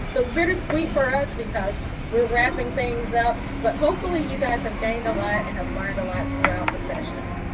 so it's bittersweet for us because we're wrapping things up. but hopefully you guys have gained a lot and have learned a lot throughout the session.